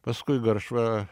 paskui garšva